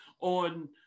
on